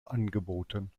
angeboten